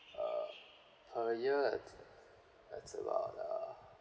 uh per year it it's about uh